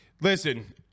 Listen